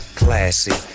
classy